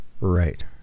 Right